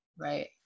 right